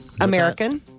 American